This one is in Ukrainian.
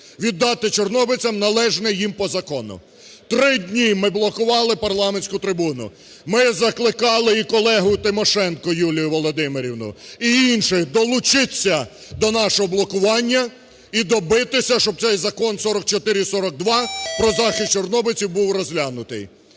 віддати чорнобильцям належне їм по закону. Три дні ми блокували парламентську трибуну, ми закликали і колегу Тимошенко Юлію Володимирівну, і інших долучитися до нашого блокування і добитися, щоб цей Закон 4442 про захист чорнобильців був розглянутий.